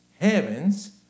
heavens